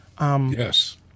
Yes